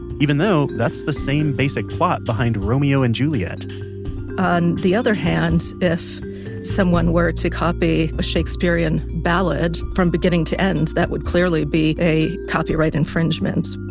even though that's the same basic plot behind romeo and juliet on the other hand, if someone were to copy a shakespearian ballad from beginning to end, that would clearly be a copyright infringement